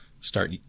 start